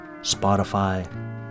Spotify